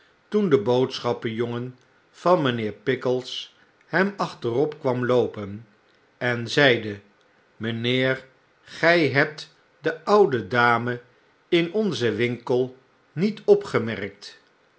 toen de boodschapjongen van mijnheer pickles hem achterop kwam loopen en zeide mynheer gy hebt de oude dame in onzen winkel niet opgemerkt